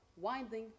Winding